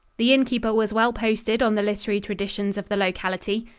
the inn-keeper was well posted on the literary traditions of the locality.